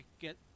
get